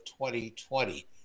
2020